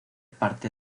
parte